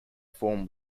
form